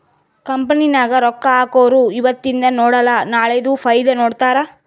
company ನಾಗ್ ರೊಕ್ಕಾ ಹಾಕೊರು ಇವತಿಂದ್ ನೋಡಲ ನಾಳೆದು ಫೈದಾ ನೋಡ್ತಾರ್